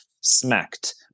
smacked